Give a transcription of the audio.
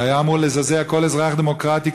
זה היה אמור לזעזע כל אזרח דמוקרטי,